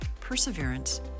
perseverance